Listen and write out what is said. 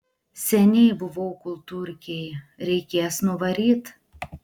seniai buvau kultūrkėj reikės nuvaryt